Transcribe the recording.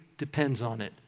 depends on it.